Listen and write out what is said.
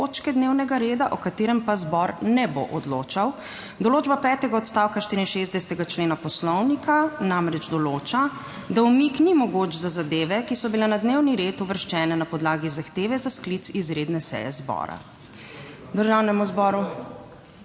točke dnevnega reda, o katerem pa zbor ne bo odločal. Določba petega odstavka 64. člena poslovnika namreč določa, da umik ni mogoč za zadeve, ki so bile na dnevni red uvrščene na podlagi zahteve za sklic izredne seje zbora. Državnemu zboru